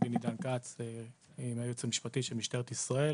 אני עורך דין מהייעוץ המשפטי של משטרת ישראל.